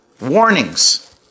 warnings